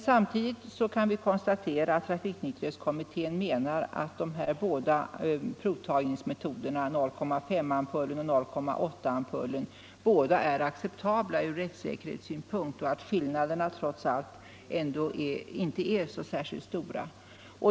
Samtidigt kan konstateras att trafiknykterhetskommittén menar att de båda provtagningsmetoderna — 0,5-promilleampullen och 0,8-promilleampullen — är acceptabla ur rättssäkerhetssynpunkt och att skillnaderna mellan dem trots allt inte är särskilt stora.